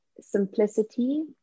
simplicity